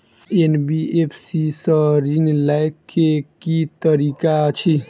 NBFC सँ ऋण लय केँ की तरीका अछि?